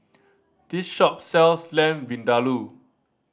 this shop sells Lamb Vindaloo